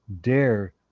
dare